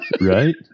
Right